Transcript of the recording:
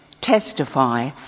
testify